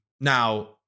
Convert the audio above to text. Now